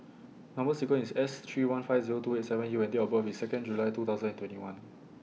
Number sequence IS S three one five Zero two eight seven U and Date of birth IS Second July two thousand and twenty one